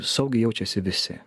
saugiai jaučiasi visi